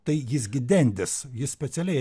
tai jis gi dendis jis specialiai